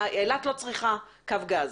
אילת לא צריכה קו גז.